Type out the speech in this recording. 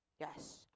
Yes